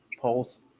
polls